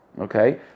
okay